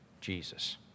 Jesus